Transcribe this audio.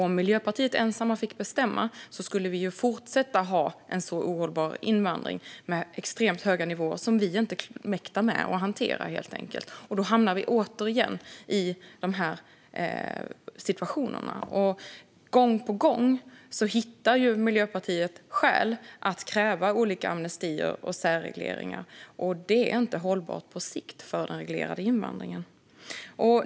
Om Miljöpartiet helt ensamt fick bestämma skulle vi fortsätta att ha en ohållbar invandring med extremt höga nivåer som vi inte mäktar med, och då hamnar vi återigen i sådana här situationer. Gång på gång hittar Miljöpartiet skäl att kräva olika amnestier och särregleringar. Det är inte hållbart på sikt för den reglerade invandringen.